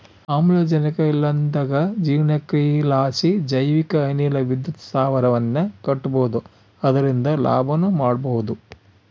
ಆಮ್ಲಜನಕ ಇಲ್ಲಂದಗ ಜೀರ್ಣಕ್ರಿಯಿಲಾಸಿ ಜೈವಿಕ ಅನಿಲ ವಿದ್ಯುತ್ ಸ್ಥಾವರವನ್ನ ಕಟ್ಟಬೊದು ಅದರಿಂದ ಲಾಭನ ಮಾಡಬೊಹುದು